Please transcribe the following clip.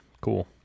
Cool